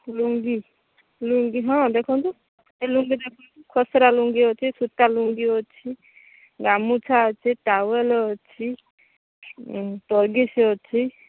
ଲୁଙ୍ଗି ଲୁଙ୍ଗି ହଁ ଦେଖନ୍ତୁ ଏ ଲୁଙ୍ଗି ଦେଖନ୍ତୁ ଖସରା ଲୁଙ୍ଗି ଅଛି ସୂତାଲୁଙ୍ଗି ଅଛି ଗାମୁଛା ଅଛି ଟାୱେଲ ଅଛି ଉଁ ଟରଗିସ୍ ଅଛି